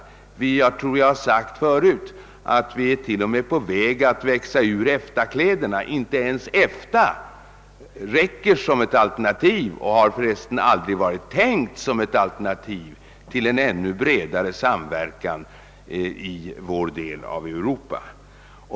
Jag tror att jag har sagt förut att vi till och med är på väg att växa ur EFTA-kläderna; inte ens EFTA räcker som ett alternativ — och har för övrigt aldrig varit tänkt som ett alternativ — till en ännu bredare samverkan i vår del av Europa.